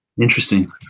Interesting